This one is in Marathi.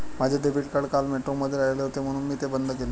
माझे डेबिट कार्ड काल मेट्रोमध्ये राहिले होते म्हणून मी ते बंद केले